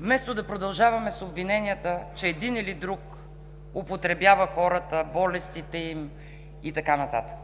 вместо да продължаваме с обвиненията, че един или друг употребява хората, болестите им и така нататък.